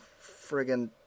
friggin